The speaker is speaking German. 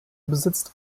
besitzt